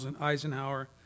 Eisenhower